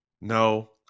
No